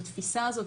בתפיסה הזאת,